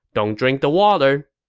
don't drink the water,